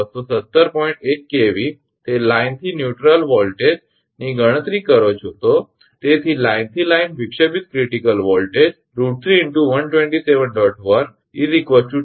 1 𝑘𝑉 તે લાઇનૂથી ન્યૂટ્રલ વોલ્ટેજની ગણતરી કરો છો તેથી લાઇનથી લાઇન વિક્ષેપિત ક્રિટીકલ વોલ્ટેજ √3 × 127